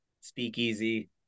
speakeasy